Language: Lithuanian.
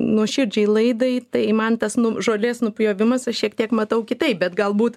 nuoširdžiai laidai tai man tas nu žolės nupjovimas aš šiek tiek matau kitaip bet galbūt